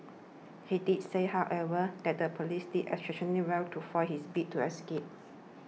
he did say however that the police did exceptionally well to foil his bid to escape